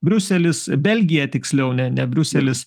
briuselis belgija tiksliau ne ne briuselis